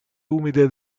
umide